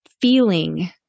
feeling